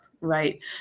Right